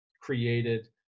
created